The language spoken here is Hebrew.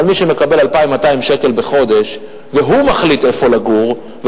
אבל מי שמקבל 2,200 שקל בחודש והוא מחליט איפה הוא יגור,